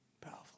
Powerful